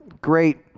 great